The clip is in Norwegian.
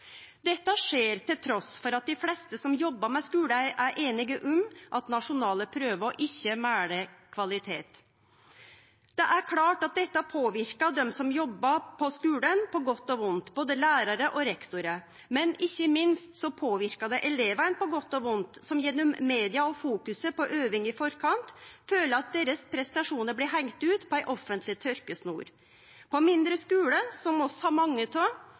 Dette skjer trass i at dei fleste som jobbar med skule, er einige om at nasjonale prøver ikkje måler kvalitet. Det er klart at dette påverkar dei som jobbar på skulen på godt og vondt, både lærarar og rektorar, men ikkje minst påverkar det elevane på godt og vondt, som gjennom media og fokuseringa på øving i forkant, føler at deira prestasjonar blir hengde ut på ei offentleg tørkesnor. På mindre skular, som vi har mange